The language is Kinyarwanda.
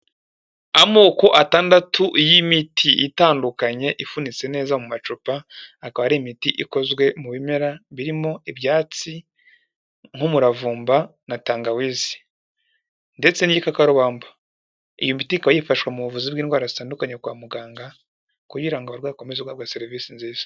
Amoko atandatu y'imiti itandukanye ifunitse neza mu macupa, akaba ari imiti ikozwe mu bimera birimo: ibyatsi nk'umuravumba na tangawizi, ndetse n'igikakarubamba, iyi miti ikaba yifashishwa mu buvuzi bw'indwara zitandukanye kwa muganga, kugira ngo abaryayi bakomeze guhabwa serivisi nziza.